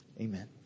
Amen